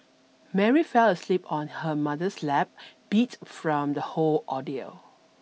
Mary fell asleep on her mother's lap beat from the whole ordeal